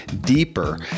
deeper